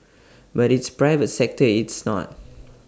but its private sector is not